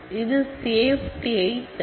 இது சேப்டி தரும்